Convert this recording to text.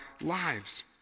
lives